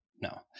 No